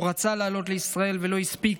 הוא רצה לעלות לישראל ולא הספיק.